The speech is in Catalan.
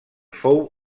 fou